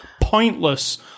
Pointless